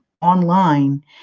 online